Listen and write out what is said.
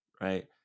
right